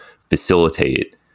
facilitate